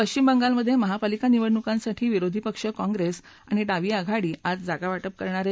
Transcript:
पश्चिम बंगालमधे महापालिका निवडणुकांसाठी विरोधी पक्ष काँप्रेस आणि डावी आघाडी आज जागा वाटप करणार आहेत